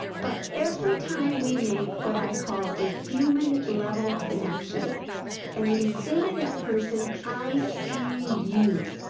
but every time we make what i call a human level connection and we say to that person i see you,